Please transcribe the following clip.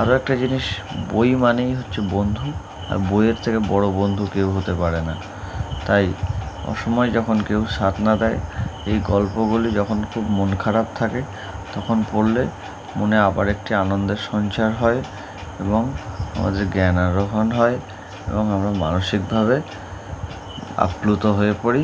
আরও একটা জিনিস বই মানেই হচ্ছে বন্ধু আর বইয়ের থেকে বড়ো বন্ধু কেউ হতে পারে না তাই অসময় যখন কেউ স্বাদ না দেয় এই গল্পগুলি যখন খুব মন খারাপ থাকে তখন পড়লে মনে আবার একটি আনন্দের সঞ্চার হয় এবং আমাদের জ্ঞান আরোহণ হয় এবং আমরা মানসিকভাবে আপ্লুত হয়ে পড়ি